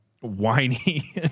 whiny